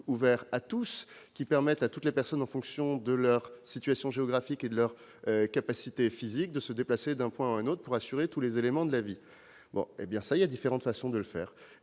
ouverts à tous et permettant à toutes les personnes, en fonction de leur situation géographique et de leur capacité physique, de se déplacer d'un point à un autre pour assurer tous les éléments de la vie. Il y a différentes façons d'atteindre